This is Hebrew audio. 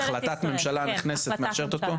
החלטת הממשלה הנכנסת מאשרת אותו?